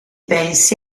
pensi